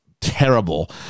terrible